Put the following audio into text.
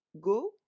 go